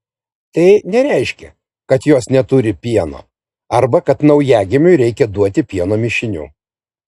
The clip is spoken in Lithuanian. tai nereiškia kad jos neturi pieno arba kad naujagimiui reikia duoti pieno mišinių